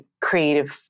creative